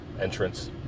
entrance